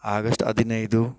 August ಹದಿನೈದು